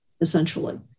essentially